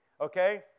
okay